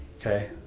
Okay